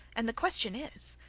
and the question is,